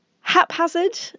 Haphazard